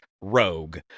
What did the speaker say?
rogue